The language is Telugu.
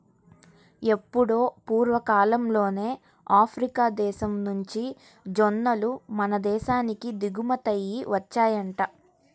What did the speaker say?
ఎప్పుడో పూర్వకాలంలోనే ఆఫ్రికా దేశం నుంచి జొన్నలు మన దేశానికి దిగుమతయ్యి వచ్చాయంట